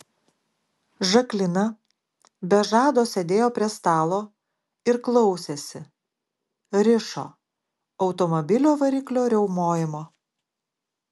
žaklina be žado sėdėjo prie stalo ir klausėsi rišo automobilio variklio riaumojimo